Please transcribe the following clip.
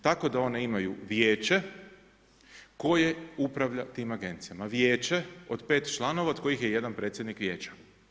Tako da one imaju vijeće koje upravlja tim agencijama, vijeće od 5 članova od kojih je jedan predsjednik vijeća.